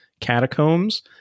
catacombs